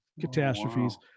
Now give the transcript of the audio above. catastrophes